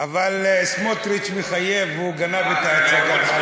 אבל סמוטריץ מחייב, והוא גנב את ההצגה.